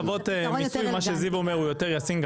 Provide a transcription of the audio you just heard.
לפני הטבות מיסוי, מה שזיו אומר הוא יותר ישים.